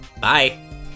Bye